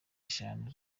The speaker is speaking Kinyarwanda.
eshanu